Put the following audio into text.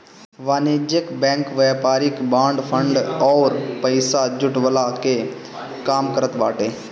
वाणिज्यिक बैंक व्यापारिक bond, fund अउरी पईसा जुटवला के काम करत बाटे